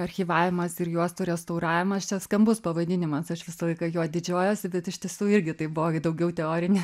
archyvavimas ir juostų restauravimas čia skambus pavadinimas aš visą laiką juo didžiuojuosi bet iš tiesų irgi tai buvo daugiau teorinė